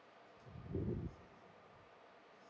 mm